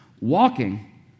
Walking